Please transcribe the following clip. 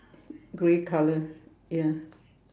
grey colour ya